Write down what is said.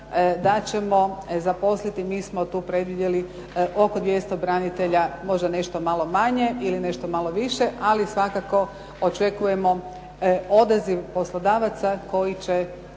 da ćemo zaposliti, mi smo tu predvidjeli oko 200 branitelja, možda nešto malo manje ili nešto malo više, ali svakako očekujemo odaziv poslodavaca koji će